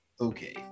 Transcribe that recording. Okay